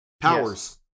Powers